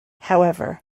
however